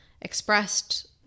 expressed